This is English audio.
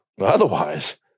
Otherwise